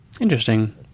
Interesting